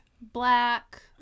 black